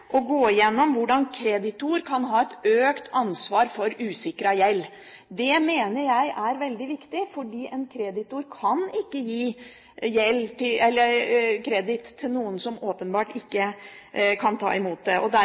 å gå gjennom hvordan kreditor kan ha et økt ansvar for usikret gjeld. Det mener jeg er veldig viktig, fordi en kreditor kan ikke gi kreditt til noen som åpenbart ikke kan ta imot det.